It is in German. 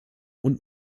und